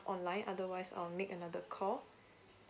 online otherwise I will make another call